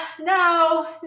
no